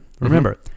Remember